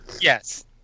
Yes